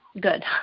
good